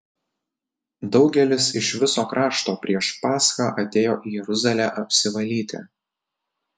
daugelis iš viso krašto prieš paschą atėjo į jeruzalę apsivalyti